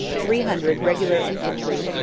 three hundred regular infantry,